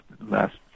last